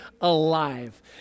alive